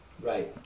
Right